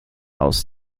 aus